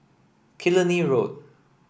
Killiney Road